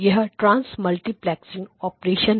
यह trans multiplexing operation है